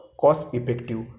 cost-effective